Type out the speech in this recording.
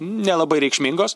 nelabai reikšmingos